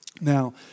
Now